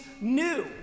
new